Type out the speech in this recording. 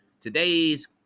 Today's